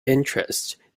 interest